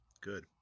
Good